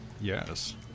Yes